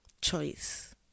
choice